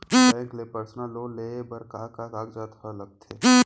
Bank ले personal loan लेये बर का का कागजात ह लगथे?